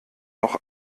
noch